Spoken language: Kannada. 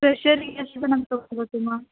ಫ್ರೆಷರಿಗೆ ಎಷ್ಟು ಜನಾನ ತಗೋಬೇಕು ಮ್ಯಾಮ್